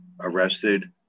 arrested